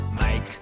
Mike